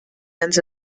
ends